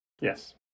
Yes